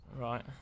right